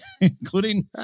including